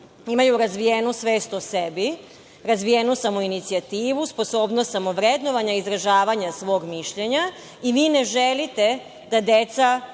imaju razvijenu svest o sebi, razvijenu samoinicijativu, sposobnost samovrednovanja, izražavanja svog mišljenja i vi ne želite da deca